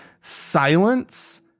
silence